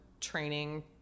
training